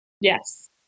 Yes